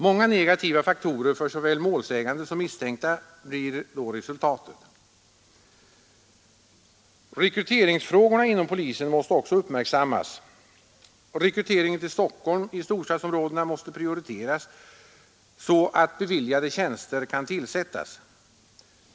Många negativa faktorer för såväl målsägande som misstänkta blir då resultatet. Rekryteringsfrågorna inom polisen måste också uppmärksammas. Rekryteringen till Stockholm och storstadsområdena måste prioriteras, så att beviljade tjänster kan tillsättas.